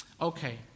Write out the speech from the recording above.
Okay